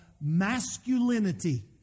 masculinity